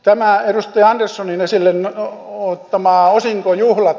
nämä edustaja anderssonin esille ottamat osinkojuhlat